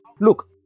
Look